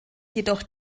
jedoch